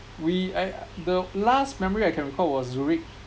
we I the last memory I can recall was Zurich